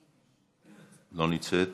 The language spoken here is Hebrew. לא נמצאת,